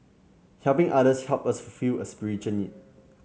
helping others help us fulfil a spiritual need